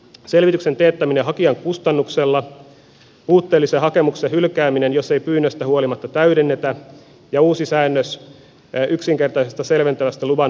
selvityksen teettäminen hakijan kustannuksella puutteellisen hakemuksen hylkääminen jos sitä ei pyynnöstä huolimatta täydennetä ja uusi säännös yksinkertaisesta selventävästä luvan muuttamisesta